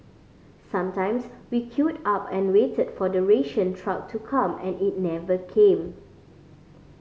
sometimes we queued up and waited for the ration truck to come and it never came